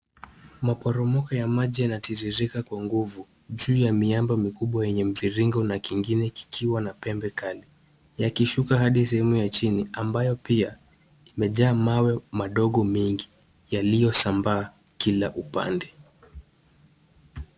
Maporomoko ya maji yanatiririka kwa nguvu, juu ya miamba mikubwa yenye mviringo na kingine kikiwa na pembe kali yakishuka hadi sehemu ya chini ambayo pia imejaa mawe madogo mengi yaliyosambaa kila upande.